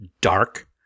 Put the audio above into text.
dark